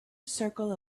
circle